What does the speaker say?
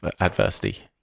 adversity